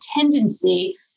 tendency